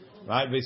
Right